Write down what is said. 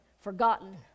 forgotten